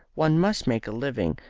one must make a living.